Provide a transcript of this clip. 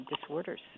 disorders